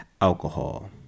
alcohol